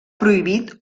prohibit